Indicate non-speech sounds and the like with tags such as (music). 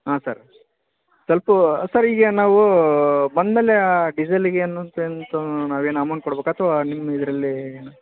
ಆಂ sir ಸ್ವಲ್ಪ sir ಈಗೇನು ನಾವು ಬಂದ ಮೇಲೆ ಡೀಸೆಲಿಗೆ ಏನು (unintelligible) ನಾವು ಏನು ಅಮೌಂಟ್ ಕೊಡಬೇಕಾ ಅಥವಾ ನಿಮ್ಮ ಇದರಲ್ಲಿ